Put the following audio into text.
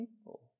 people